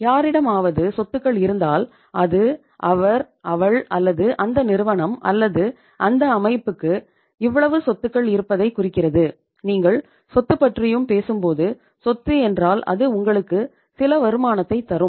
யாரிடமாவது சொத்துக்கள் இருந்தால் அது அவர் அவள் அல்லது அந்த நிறுவனம் அல்லது அந்த அமைப்புக்கு இவ்வளவு சொத்துக்கள் இருப்பதைக் குறிக்கிறது நீங்கள் சொத்து பற்றியும் பேசும்போது சொத்து என்றால் அது உங்களுக்கு சில வருமானத்தைத் தரும்